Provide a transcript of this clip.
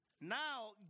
Now